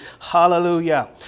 Hallelujah